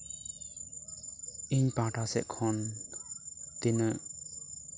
ᱤᱧ ᱯᱟᱦᱴᱟ ᱥᱮᱫ ᱠᱷᱚᱱ ᱛᱤᱱᱟᱹᱜ